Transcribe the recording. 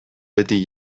beti